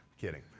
Kidding